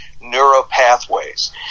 neuropathways